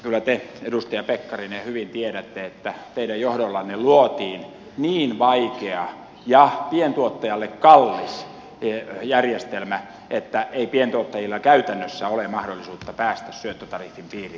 kyllä te edustaja pekkarinen hyvin tiedätte että teidän johdollanne luotiin niin vaikea ja pientuottajalle kallis järjestelmä että ei pientuottajilla käytännössä ole mahdollisuutta päästä syöttötariffin piiriin